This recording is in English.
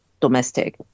domestic